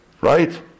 right